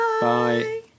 Bye